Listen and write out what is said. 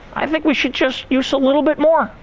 i think we should just use a little bit more.